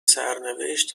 سرنوشت